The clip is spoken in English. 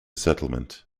settlement